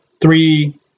Three